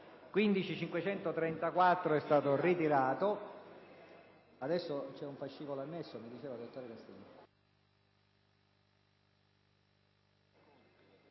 15.600 è stato ritirato.